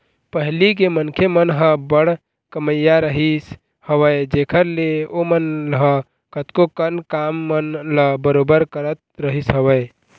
पहिली के मनखे मन ह बड़ कमइया रहिस हवय जेखर ले ओमन ह कतको कन काम मन ल बरोबर करत रहिस हवय